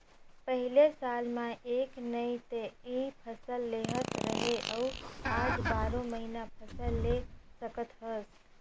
पहिले साल म एक नइ ते इ फसल लेहत रहें अउ आज बारो महिना फसल ले सकत हस